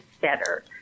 better